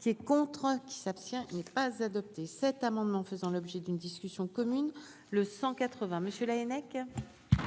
qui est contre qui s'abstient, il n'est pas adopté cet amendement faisant l'objet d'une discussion commune le cent 80, monsieur Laënnec.